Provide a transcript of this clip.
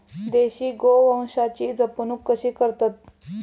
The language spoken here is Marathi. देशी गोवंशाची जपणूक कशी करतत?